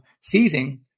seizing